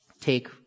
take